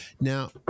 now